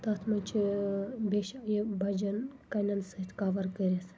تتھ مَنٛز چھُ یہِ بَجَن کَنیٚن سۭتۍ کَوَر کٔرِتھ